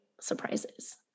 surprises